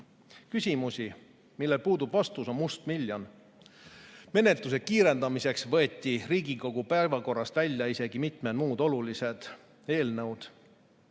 Küsimusi, millel puudub vastus, on mustmiljon. Menetluse kiirendamiseks võeti Riigikogu päevakorrast välja isegi mitmed muud olulised eelnõud.